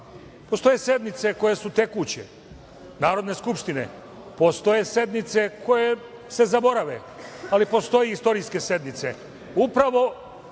sednice koje su tekuće Narodne skupštine, postoje sednice koje se zaborave, ali postoje i istorijske sednice.